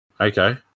okay